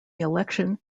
election